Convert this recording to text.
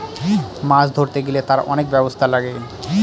মাছ ধরতে গেলে তার অনেক ব্যবস্থা লাগে